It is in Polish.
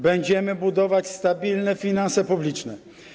Będziemy budować stabilne finanse publiczne.